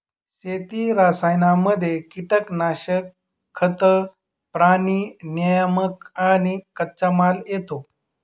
शेती रसायनांमध्ये कीटनाशक, खतं, प्राणी नियामक आणि कच्चामाल येतो